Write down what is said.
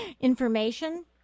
information